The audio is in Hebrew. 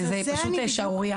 זה פשוט שערורייה.